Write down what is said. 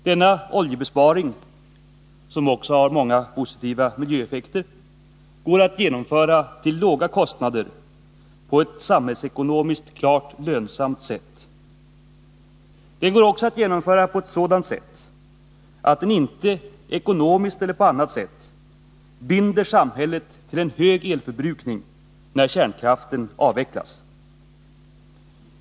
Denna oljebesparing, som också har många positiva miljöeffekter, går att genomföra till låga kostnader, på ett samhällsekonomiskt klart lönsamt sätt. Den går också att genomföra på ett sådant sätt att den inte ekonomiskt eller på annat vis binder samhället till en hög elförbrukning när kärnkraften avvecklas.